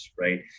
right